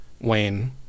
Wayne